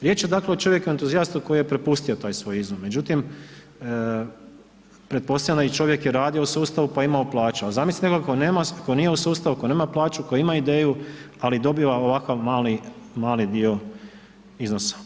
Riječ je dakle o čovjeku entuzijastu koji je prepustio taj svoj izum, međutim pretpostavljam da i čovjek je radio u sustavu pa je imao plaću, a zamislite nekog tko nije u sustavu, tko nema plaću, tko ima ideju, ali dobiva ovakav mali, mali dio iznosa.